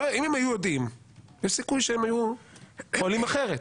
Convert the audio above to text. אם הם היו יודעים, יש סיכוי שהם היו פועלים אחרת.